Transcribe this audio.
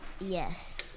Yes